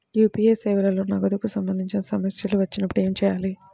UPI సేవలలో నగదుకు సంబంధించిన సమస్యలు వచ్చినప్పుడు ఏమి చేయాలి?